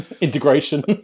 integration